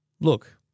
Look